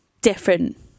different